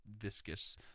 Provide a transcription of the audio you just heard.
Viscous